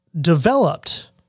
developed